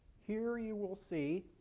here you will see